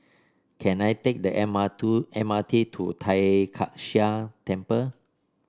can I take the M R to M R T to Tai Kak Seah Temple